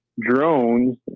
drones